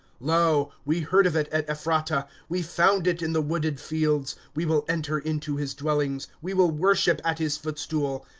lo, we heard of it at ephratah we found it in the wooded fields. we will enter in to his dwellings. we will worship at his footstool.